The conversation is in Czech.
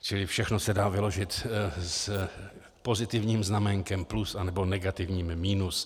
Čili všechno se dá vyložit s pozitivním znaménkem plus, anebo negativním minus.